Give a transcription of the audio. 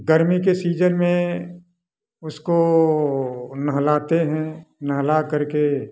गर्मी के सीजन में उसको नहलाते हैं नहला करके